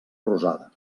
rosada